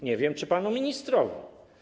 Nie wiem, czy panu ministrowi.